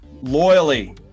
Loyally